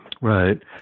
Right